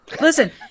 listen